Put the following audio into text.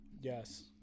yes